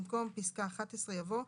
במקום פסקה (11) יבוא: